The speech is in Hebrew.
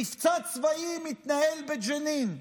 מבצע צבאי מתנהל בג'נין.